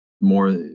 more